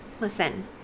Listen